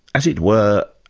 as it were,